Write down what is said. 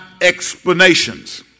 explanations